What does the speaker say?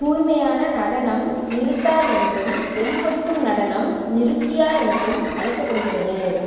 தூய்மையான நடனம் நிருத்தா என்றும் வெளிப்படுத்தும் நடனம் நிருத்யா என்றும் அழைக்கப்படுகிறது